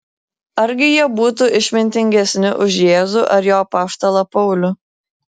argi jie būtų išmintingesni už jėzų ar jo apaštalą paulių